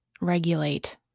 regulate